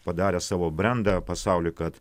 padarę savo brendą pasauly kad